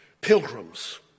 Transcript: pilgrims